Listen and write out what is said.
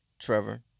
Trevor